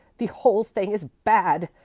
the whole thing is bad.